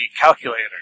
calculator